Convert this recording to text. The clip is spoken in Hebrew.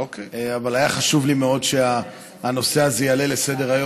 אבל היה חשוב לי מאוד שהנושא הזה יעלה לסדר-היום,